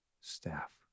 staff